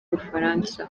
bufaransa